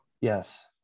Yes